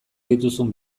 dituzun